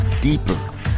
deeper